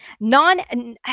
non